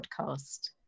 podcast